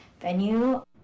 venue